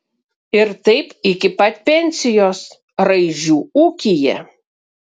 ir taip iki pat pensijos raižių ūkyje